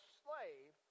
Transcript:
slave